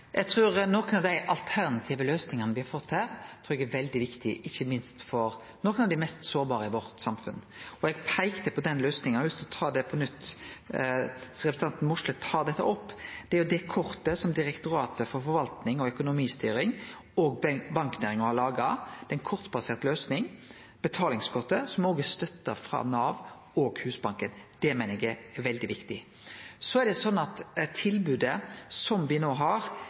Eg trur nokre av dei alternative løysingane me har fått her, er veldig viktige, ikkje minst for nokre av dei mest sårbare i samfunnet vårt. Eg peikte på den løysinga og har lyst til å ta det på nytt, sidan representanten Mossleth tar dette opp. Det er det kortet som Direktoratet for forvaltning og økonomistyring har laga saman med banknæringa. Det er ei kortbasert løysing, «Betalingskortet», som òg er støtta av Nav og Husbanken. Det meiner eg er veldig viktig. Så er det slik at tilbodet som me no har,